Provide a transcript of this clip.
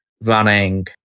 running